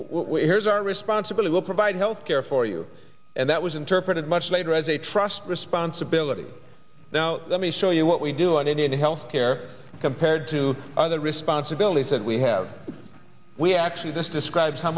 where is our responsibility to provide health care for you and that was interpreted much later as a trust responsibility now let me show you what we do on indian health care compared to other responsibilities that we have we actually this describes how